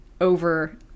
over